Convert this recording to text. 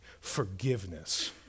forgiveness